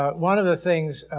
ah one of the things